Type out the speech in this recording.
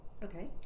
Okay